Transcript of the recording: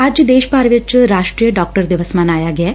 ਅੱਜ ਦੇਸ਼ ਭਰ ਚ ਰਾਸ਼ਟਰੀ ਡਾਕਟਰ ਦਿਵਸ ਮਨਾਇਆ ਗਿਐ